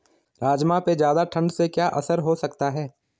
राजमा पे ज़्यादा ठण्ड से क्या असर हो सकता है?